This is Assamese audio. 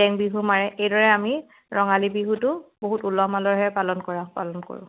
জেং বিহু মাৰে এইদৰে আমি ৰঙালী বিহুটো বহুত ওলহ মালহেৰে পালন কৰা পালন কৰোঁ